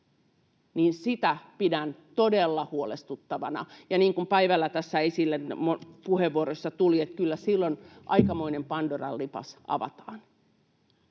pidän todella huolestuttavana. Niin kuin tässä päivällä tuli puheenvuoroissa esille, kyllä silloin aikamoinen pandoran lipas avataan.